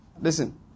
Listen